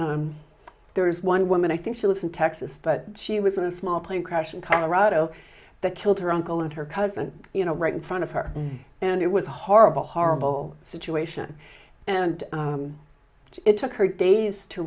there is one woman i think she lives in texas but she was in a small plane crash in colorado that killed her uncle and her cousin you know right in front of her and it was a horrible horrible situation and it took her days to